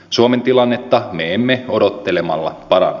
suomen tilannetta me emme odottelemalla paranna